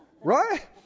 Right